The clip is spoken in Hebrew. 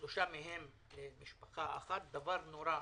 שלושה מהם של משפחה אחת - דבר נורא,